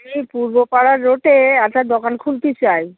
আমি পূর্ব পাড়া রোটে একটা দোকান খুলতি চাই